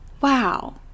wow